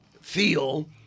feel